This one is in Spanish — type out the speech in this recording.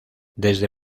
desde